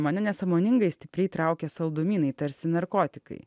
mane nesąmoningai stipriai traukia saldumynai tarsi narkotikai